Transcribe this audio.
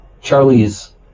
Charlie's